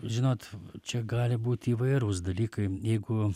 žinot čia gali būti įvairūs dalykai jeigu